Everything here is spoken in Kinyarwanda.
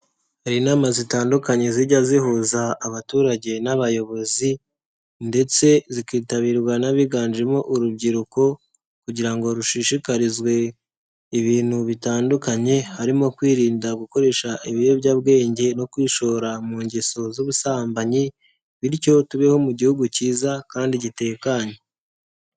Hari inama zitandukanye zijya zihuza abaturage n'abayobozi ndetse zikitabirwa n'abiganjemo urubyiruko kugira ngo rushishikarizwe ibintu bitandukanye harimo kwirinda gukoresha ibiyobyabwenge no kwishora mu ngeso z'ubusambanyi bityo tubeho mu gihugu cyiza kandi gitekanye.